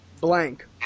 blank